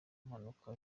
mpanuka